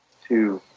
to